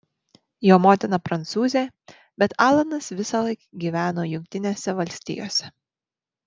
jo motina prancūzė bet alanas visąlaik gyveno jungtinėse valstijose